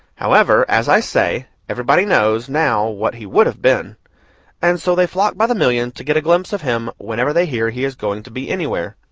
however, as i say, everybody knows, now, what he would have been and so they flock by the million to get a glimpse of him whenever they hear he is going to be anywhere.